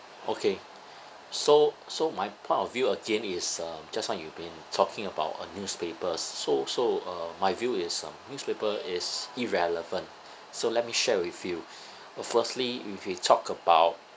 okay so so my point of view again is uh just now you been talking about uh newspapers so so uh my view is um newspaper is irrelevant so let me share with you firstly if you talk about